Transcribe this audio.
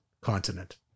continent